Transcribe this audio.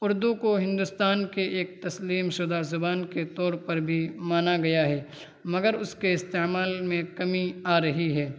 اردو کو ہندوستان کے ایک تسلیم شدہ زبان کے طور پر بھی مانا گیا ہے مگر اس کے استعمال میں کمی آ رہی ہے